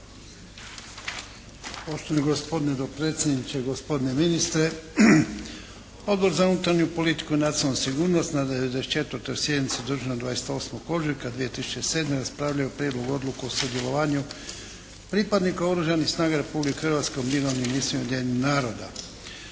Poštovani gospodine dopredsjedniče, gospodine ministre. Odbor za unutarnju politiku i nacionalnu sigurnost na 94. sjednici održanoj 28. ožujka 2007. raspravljao je o Prijedlogu odluke o sudjelovanju pripadnika oružanih snaga Republike Hrvatske u mirovnim misijama Ujedinjenih naroda.